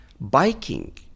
biking